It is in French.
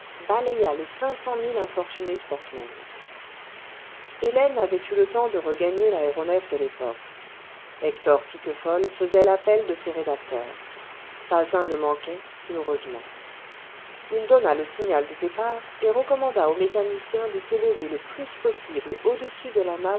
balaya les cinq cent mille infortunés sportmen hélène avait eu le temps de regagner l'aéronef de yépoque hector le vingtième siècle piquefol faisait l'appel de ses rédacteurs pas un ne manquait heureuse ment il donna le signal du départ et recommanda au mécanicien de s'élever le plus possible au-dessus de la